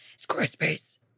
Squarespace